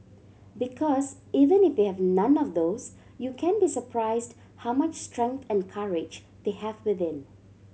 because even if they have none of those you can be surprised how much strength and courage they have within